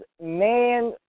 man